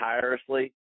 tirelessly